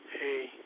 Hey